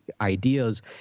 ideas